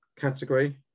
category